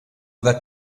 that